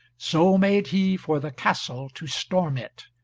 so made he for the castle to storm it.